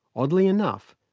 oddly enough,